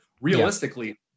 realistically